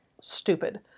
stupid